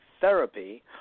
therapy